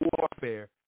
warfare